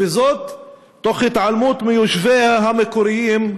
תוך התעלמות מיושביה המקוריים,